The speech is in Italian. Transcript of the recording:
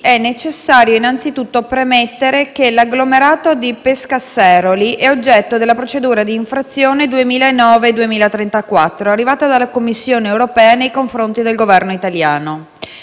è necessario innanzitutto premettere che l'agglomerato di Pescasseroli è oggetto della procedura d'infrazione 2009/2034, avviata dalla Commissione europea nei confronti del Governo italiano.